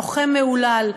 לוחם מהולל,